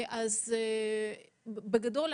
בוקר טוב.